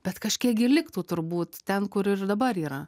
bet kažkiek gi liktų turbūt ten kur ir dabar yra